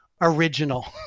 original